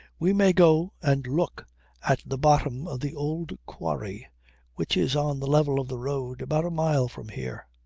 we may go and look at the bottom of the old quarry which is on the level of the road, about a mile from here.